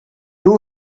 two